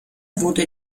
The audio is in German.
wurde